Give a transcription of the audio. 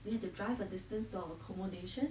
we have to drive a distance to our accommodation